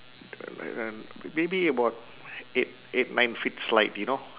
an~ and maybe about eight eight nine feet slide you know